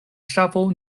ŝafo